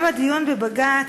גם הדיון בבג"ץ,